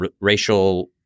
racial